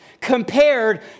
Compared